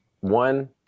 one